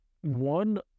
one